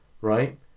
right